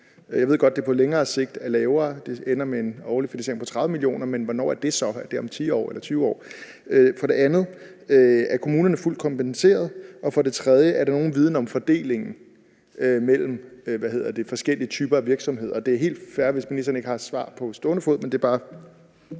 Jeg ved godt, at det på længere sigt er lavere, og at det ender med en årlig finansiering på 30 mio. kr., men hvornår er det så – er det om 10 år eller 20 år? For det andet: Er kommunerne fuldt kompenseret? Og for det tredje: Er der nogen viden om fordelingen mellem forskellige typer af virksomheder? Det er helt fair, hvis ministeren ikke har et svar på stående fod. Kl. 15:02 Fjerde